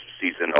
season